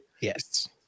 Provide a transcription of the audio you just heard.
yes